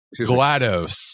Glados